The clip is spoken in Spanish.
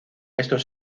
estos